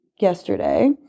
yesterday